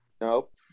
Nope